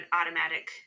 automatic